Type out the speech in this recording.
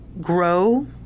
grow